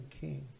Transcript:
King